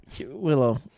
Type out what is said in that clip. Willow